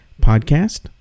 podcast